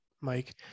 Mike